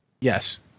Yes